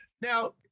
Now